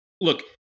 look